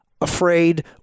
afraid